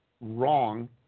wrong